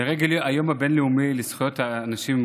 לרגל היום הבין-לאומי לזכויות אנשים עם